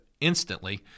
instantly